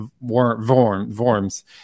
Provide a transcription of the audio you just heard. Worms